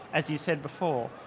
as you said before,